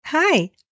Hi